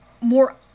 more